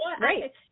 Right